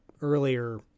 earlier